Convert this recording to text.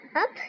up